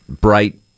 bright